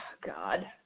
God